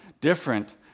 different